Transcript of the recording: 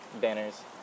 banners